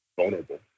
Vulnerable